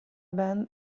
band